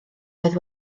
oedd